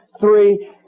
three